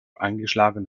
eingeschlagen